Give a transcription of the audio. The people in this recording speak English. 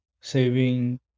saving